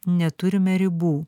neturime ribų